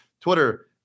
twitter